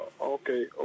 Okay